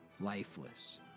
lifeless